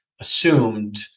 assumed